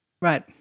Right